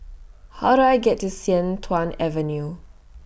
How Do I get to Sian Tuan Avenue